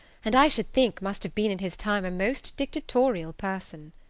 and i should think must have been in his time a most dictatorial person.